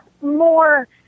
more